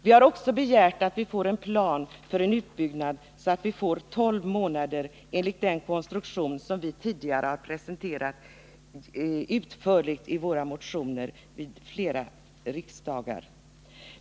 Vi har begärt en plan för utbyggnad, så att det blir tolv månader enligt den konstruktion som vi tidigare har presenterat utförligt i våra motioner vid flera riksdagar.